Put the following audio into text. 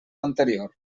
anterior